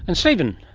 and stephen,